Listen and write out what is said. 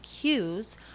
cues